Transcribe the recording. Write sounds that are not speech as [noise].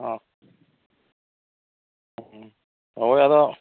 ᱚ [unintelligible] ᱦᱳᱭ ᱟᱫᱚ